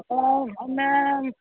അപ്പം ഒന്ന്